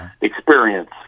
experience